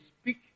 speak